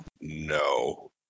no